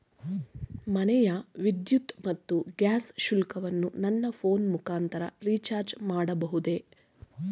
ಮನೆಯ ವಿದ್ಯುತ್ ಮತ್ತು ಗ್ಯಾಸ್ ಶುಲ್ಕವನ್ನು ನನ್ನ ಫೋನ್ ಮುಖಾಂತರ ರಿಚಾರ್ಜ್ ಮಾಡಬಹುದೇ?